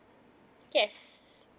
yes